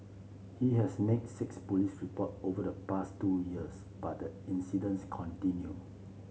he has made six police report over the past two years but the incidents continued